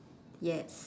yes